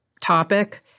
topic